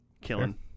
Killing